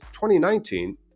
2019